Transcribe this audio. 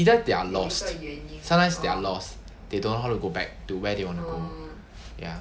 either they're lost sometimes they're lost they don't know how to go back to where they want to go ya